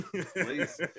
please